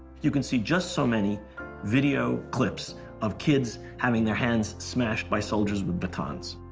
you can see just so many video clips of kids having their hands smashed by soldiers with batons.